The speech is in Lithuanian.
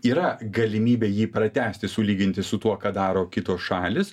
yra galimybė jį pratęsti sulyginti su tuo ką daro kitos šalys